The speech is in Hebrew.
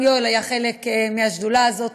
גם יואל היה חלק מהשדולה הזאת,